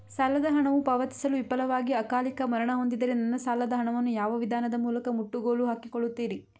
ಸಾಲದ ಹಣವು ಪಾವತಿಸಲು ವಿಫಲವಾಗಿ ಅಕಾಲಿಕ ಮರಣ ಹೊಂದಿದ್ದರೆ ನನ್ನ ಸಾಲದ ಹಣವನ್ನು ಯಾವ ವಿಧಾನದ ಮೂಲಕ ಮುಟ್ಟುಗೋಲು ಹಾಕಿಕೊಳ್ಳುತೀರಿ?